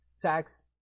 tax